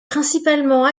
principalement